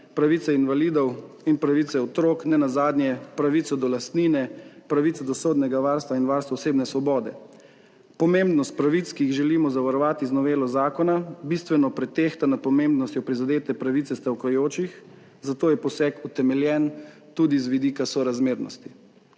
pravice invalidov in pravice otrok, nenazadnje pravico do lastnine, pravico do sodnega varstva in varstvo osebne svobode. Pomembnost pravic, ki jih želimo zavarovati z novelo zakona bistveno pretehta nad pomembnostjo prizadete pravice stavkajočih, zato je poseg utemeljen tudi z vidika sorazmernosti.